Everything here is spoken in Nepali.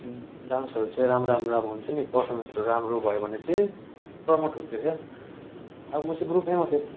डान्सहरू चाहिँ राम्रो राम्रो अब हुन्छ नि परफोर्मेन्सहरू राम्रो भयो भने चाहिँ प्रमोट हुन्थ्यो के अब म चाहिँ ग्रुप एमा थिएँ